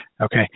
okay